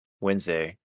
Wednesday